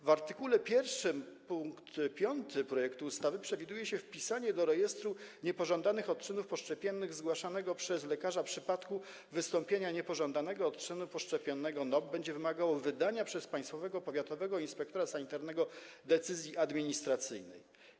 W art. 1 pkt 5 projektu ustawy przewiduje się, że wpisanie do rejestru niepożądanych odczynów poszczepiennych zgłaszanego przez lekarza przypadku wystąpienia niepożądanego odczynu poszczepiennego, NOP, będzie wymagało wydania przez państwowego powiatowego inspektora sanitarnego decyzji administracyjnej.